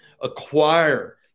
acquire